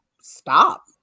stop